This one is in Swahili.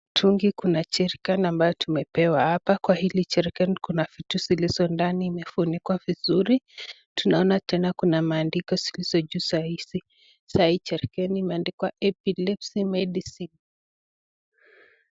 Tungi kuna jerrican ambayo tumepewa hapa. Kwa hili jerrican kuna vitu zilizo ndani imefunikwa vizuri. Tunaona tena kuna maandiko zilizo juu za hizi. Saa hii jerrican imeandikwa epilepsy medicine.